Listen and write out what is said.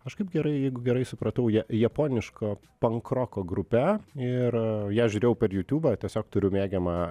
aš kaip gerai jeigu gerai supratau ja japoniško pankroko grupe ir ją žiūrėjau per jutiubą tiesiog turiu mėgiamą